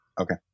Okay